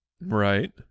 right